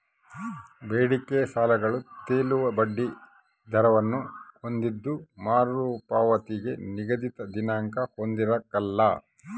ಬೇಡಿಕೆ ಸಾಲಗಳು ತೇಲುವ ಬಡ್ಡಿ ದರವನ್ನು ಹೊಂದಿದ್ದು ಮರುಪಾವತಿಗೆ ನಿಗದಿತ ದಿನಾಂಕ ಹೊಂದಿರಕಲ್ಲ